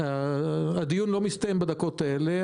הדיון לא מסתיים בדקות האלה,